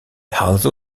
also